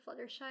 Fluttershy